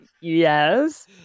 yes